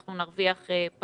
אנחנו נרוויח פעמיים.